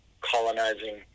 colonizing